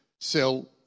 sell